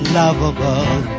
lovable